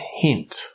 hint